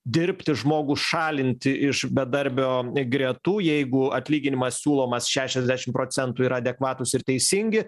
dirbti žmogų šalinti iš bedarbio gretų jeigu atlyginimas siūlomas šešiasdešim procentų yra adekvatūs ir teisingi